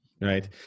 Right